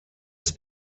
ist